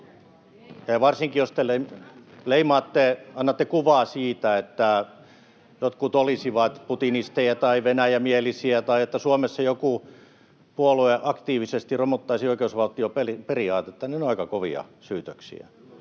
Varsinkin jos te leimaatte, annatte kuvaa siitä, että jotkut olisivat putinisteja tai venäjämielisiä tai että Suomessa joku puolue aktiivisesti romuttaisi oikeusvaltioperiaatetta, niin ne ovat aika kovia syytöksiä.